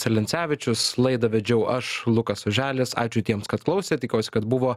celencevičius laidą vedžiau aš lukas oželis ačiū tiems kad klausė tikiuosi kad buvo